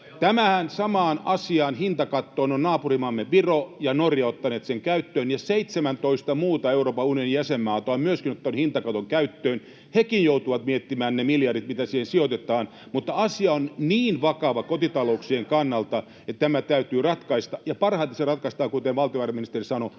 Tämän saman asian, hintakaton, ovat naapurimaamme Viro ja Norja ottaneet käyttöön, ja myöskin seitsemäntoista muuta Euroopan unionin jäsenmaata on ottanut hintakaton käyttöön. Hekin joutuvat miettimään ne miljardit, mitä siihen sijoitetaan, mutta asia on niin vakava kotitalouksien kannalta, että tämä täytyy ratkaista, ja parhaiten se ratkaistaan, kuten valtiovarainministeri sanoi: